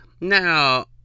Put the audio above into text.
Now